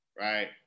right